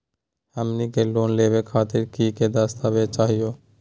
हमनी के लोन लेवे खातीर की की दस्तावेज चाहीयो?